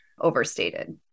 overstated